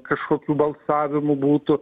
kažkokių balsavimų būtų